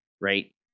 right